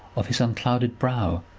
of his unclouded brow,